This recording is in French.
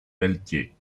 pelletier